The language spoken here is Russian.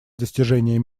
достижение